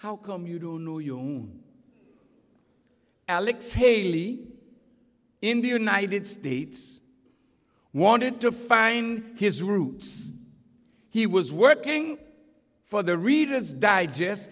how come you don't know you alex haley in the united states wanted to find his roots he was working for the reader's digest